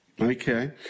Okay